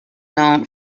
known